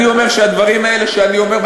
אני אומר שהדברים האלה שאני אומר,